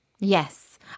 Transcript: Yes